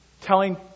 telling